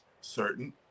certain